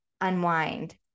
unwind